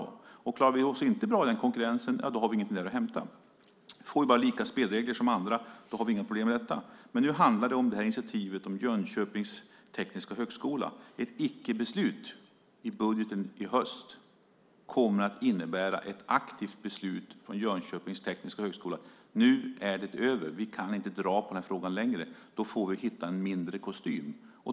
Om vi inte klarar oss bra i den konkurrensen har vi inget mer att hämta. Får vi bara likadana spelregler som andra har vi inga problem med detta. Nu handlar det om initiativet för Jönköpings tekniska högskola. Ett icke-beslut i budgeten i höst kommer att innebära ett aktivt beslut från Jönköpings tekniska högskola att det är över, att det inte går att dra på frågan längre. Då får vi hitta en mindre kostym.